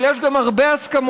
אבל יש גם הרבה הסכמות,